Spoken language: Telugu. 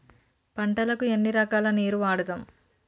పంటలకు ఎన్ని రకాల నీరు వాడుతం?